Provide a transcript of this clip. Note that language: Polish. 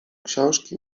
książki